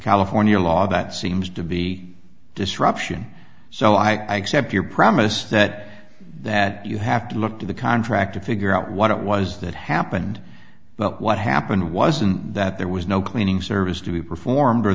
california law that seems to be disruption so i kept your promise that that you have to look to the contract to figure out what it was that happened but what happened wasn't that there was no cleaning service to be performed or